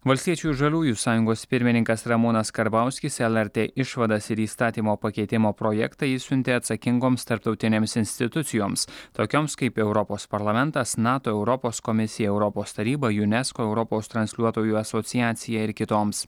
valstiečių ir žaliųjų sąjungos pirmininkas ramūnas karbauskis lrt išvadas ir įstatymo pakeitimo projektą išsiuntė atsakingoms tarptautinėms institucijoms tokioms kaip europos parlamentas nato europos komisija europos taryba junesko europos transliuotojų asociacija ir kitoms